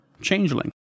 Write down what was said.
changeling